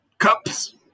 Cups